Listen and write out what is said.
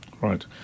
Right